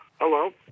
Hello